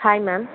hi ma'am